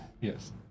Yes